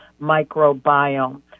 microbiome